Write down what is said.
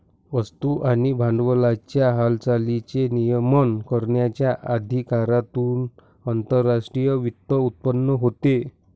वस्तू आणि भांडवलाच्या हालचालींचे नियमन करण्याच्या अधिकारातून आंतरराष्ट्रीय वित्त उत्पन्न होते